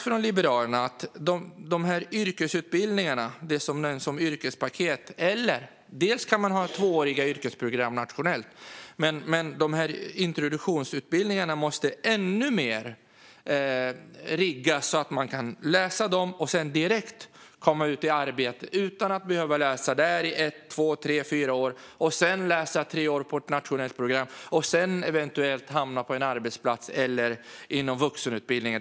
Från Liberalerna har vi sagt gällande yrkesutbildningarna - det som benämns yrkespaket - att man kan ha tvååriga yrkesprogram nationellt, men introduktionsutbildningarna måste riggas ännu mer så att elever kan läsa dem och sedan direkt komma ut i arbete utan att behöva läsa där i ett, två, tre eller fyra år och sedan läsa tre år på ett nationellt program för att därefter eventuellt hamna på en arbetsplats eller inom vuxenutbildningen.